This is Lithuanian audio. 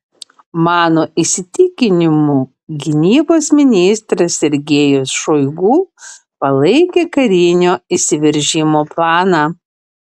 mano įsitikinimu gynybos ministras sergejus šoigu palaikė karinio įsiveržimo planą